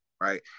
Right